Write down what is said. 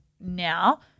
now